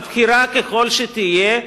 בכירה ככל שתהיה,